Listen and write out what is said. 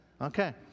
Okay